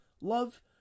Love